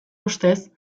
ustez